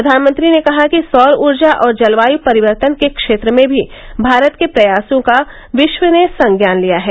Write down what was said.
प्रधानमंत्री ने कहा कि सौर ऊर्जा और जलवायु परिवर्तन के क्षेत्र में भी भारत के प्रयासों का विश्व ने संज्ञान लिया है